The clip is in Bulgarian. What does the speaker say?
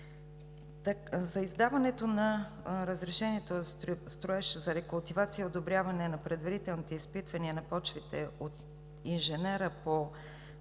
За издаването на разрешението за строеж за рекултивация и одобряване на предварителните изпитвания на почвите от инженера по